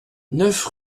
neuf